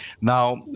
Now